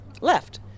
left